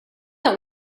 that